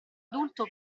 adulto